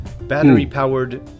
battery-powered